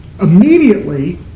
Immediately